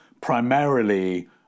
primarily